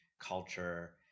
culture